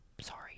Sorry